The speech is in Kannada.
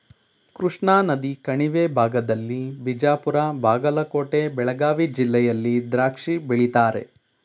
ಕೃಷ್ಣಾನದಿ ಕಣಿವೆ ಭಾಗದಲ್ಲಿ ಬಿಜಾಪುರ ಬಾಗಲಕೋಟೆ ಬೆಳಗಾವಿ ಜಿಲ್ಲೆಯಲ್ಲಿ ದ್ರಾಕ್ಷಿ ಬೆಳೀತಾರೆ